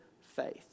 faith